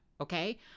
okay